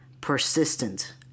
persistent